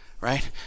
right